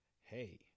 Hey